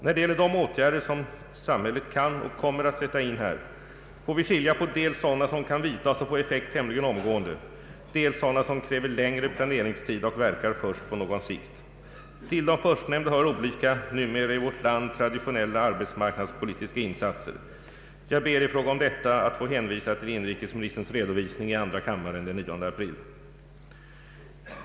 När det gäller de åtgärder som samhället kan och kommer att sätta in här får vi skilja på dels sådana som kan vidtas och kan få effekt tämligen omgående, dels sådana som kräver längre planeringstid och verkar först på någon sikt. Till de förstnämnda hör olika, numera i vårt land traditionella arbetsmarknadspolitiska insatser. Jag ber i fråga om detta att få hänvisa till inrikesministerns redovisning i andra kammaren den 9 april.